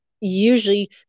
usually